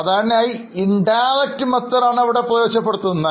സാധാരണയായി പരോക്ഷ രീതി ഉപയോഗിക്കുന്നു